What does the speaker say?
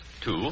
Two